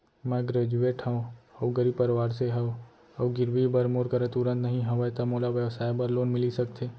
मैं ग्रेजुएट हव अऊ गरीब परवार से हव अऊ गिरवी बर मोर करा तुरंत नहीं हवय त मोला व्यवसाय बर लोन मिलिस सकथे?